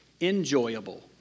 Enjoyable